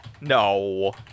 No